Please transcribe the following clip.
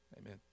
amen